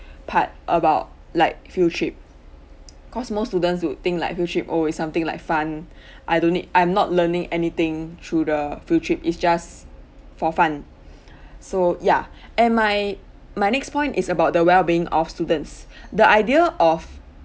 part about like field trip cause most student would think like field trip oh is something like fun I don't need I'm not learning anything through the field trip it's just for fun so ya and my my next point is about the well-being of students the idea of